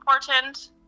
important